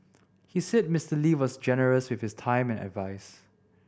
he said Mister Lee was generous with his time and advise